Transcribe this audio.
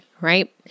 right